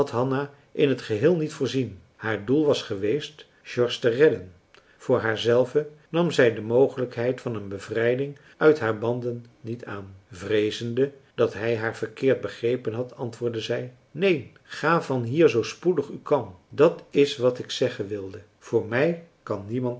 hanna in t geheel niet voorzien haar doel was geweest george te redden voor haar zelve nam zij de mogelijkheid van een bevrijding uit haar banden niet aan vreezende dat hij haar verkeerd begrepen had antwoordde zij neen ga van hier zoo spoedig u kan dat is wat ik zeggen wilde voor mij kan niemand